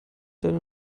deiner